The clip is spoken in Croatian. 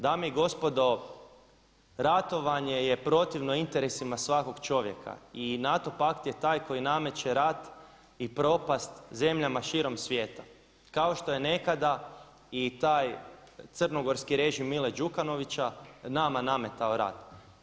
Dame i gospodo, ratovanje je protivno interesima svakog čovjeka i NATO pakt je taj koji nameće rat i propast zemljama širom svijeta kao što je nekada i taj crnogorski režim Mile Đukanovića nama nametao rat.